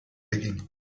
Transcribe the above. digging